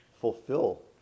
fulfill